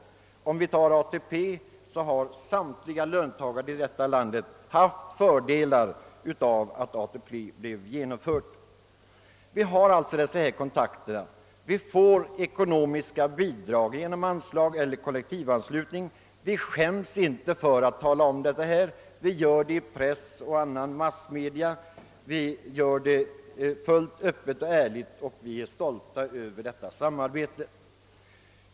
Alla löntagare i detta land har exempelvis haft fördel av att ATP blev genomförd. Vi skäms inte över de ekonomiska bidragen eller över kollektivanslutningen. Vi talar om hur det ligger till i press och andra massmedia, fullt öppet och ärligt, och vi är stolta över detta samarbete.